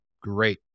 great